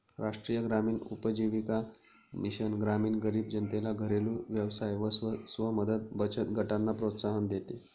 राष्ट्रीय ग्रामीण उपजीविका मिशन ग्रामीण गरीब जनतेला घरेलु व्यवसाय व स्व मदत बचत गटांना प्रोत्साहन देते